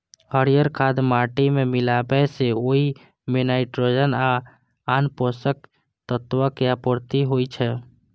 हरियर खाद माटि मे मिलाबै सं ओइ मे नाइट्रोजन आ आन पोषक तत्वक आपूर्ति होइ छै